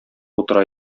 утыра